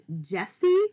Jesse